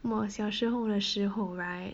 我小时侯的时候 right